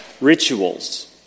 rituals